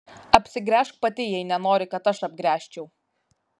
apsigręžk pati jei nenori kad aš apgręžčiau